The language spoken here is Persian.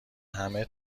همه